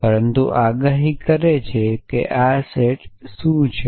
પરંતુ આગાહી કરે છે તેથી આ સેટ શું છે